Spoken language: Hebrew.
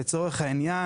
לצורך העניין,